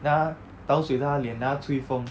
then 他倒水在他脸 then 他吹风